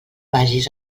vagis